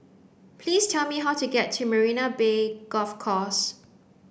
please tell me how to get to Marina Bay Golf Course